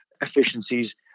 efficiencies